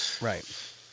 Right